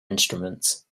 instruments